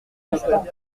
instant